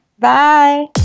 Bye